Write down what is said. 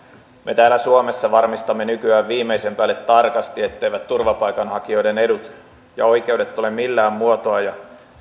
me täällä suomessa varmistamme nykyään viimeisen päälle tarkasti etteivät turvapaikanhakijoiden edut ja oikeudet tule millään muotoa ja